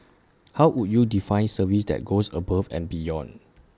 how would you define service that goes above and beyond